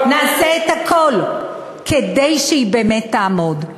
נעשה את הכול כדי שהוא באמת יעמוד.